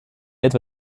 etwa